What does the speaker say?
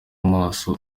amaso